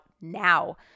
now